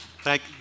Thank